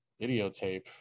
videotape